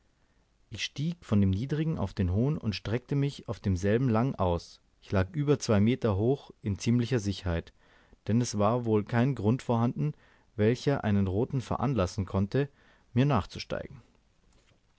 ich stieg von dem niedrigen auf den hohen und streckte mich auf demselben lang aus ich lag über zwei meter hoch in ziemlicher sicherheit denn es war wohl kein grund vorhanden welcher einen roten veranlassen konnte mir nachzusteigen